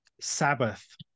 Sabbath